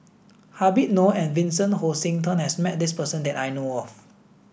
Habib Noh and Vincent Hoisington has met this person that I know of